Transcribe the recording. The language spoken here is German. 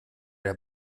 der